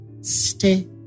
stay